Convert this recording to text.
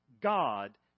God